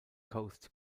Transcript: coast